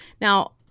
Now